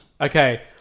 Okay